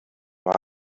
mal